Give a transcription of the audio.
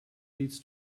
leads